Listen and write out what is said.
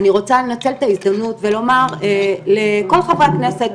אני רוצה לנצל את ההזדמנות ולומר לכל חברי הכנסת,